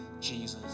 Jesus